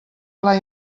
clar